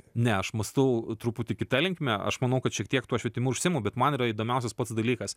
ne aš mąstau truputį kita linkme aš manau kad šiek tiek tuo švietimu užsiimu bet man yra įdomiausias pats dalykas